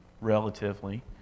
relatively